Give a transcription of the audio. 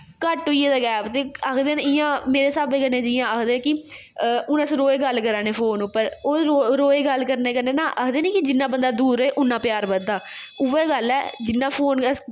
घट्ट होई गैदा गैप ते आखदे न इ'यां मेरे स्हाबै कन्नै जियां आखदे कि हून अस रोज़ गल्ल करा ने फोन उप्पर ओह्दे रोज़ गल्ल करने कन्नै आखदे ना कि जिन्ना बंदा दूर रवै उन्ना प्यार बधदा उऐ गल्ल ऐ जिन्ना फोन अस